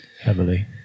heavily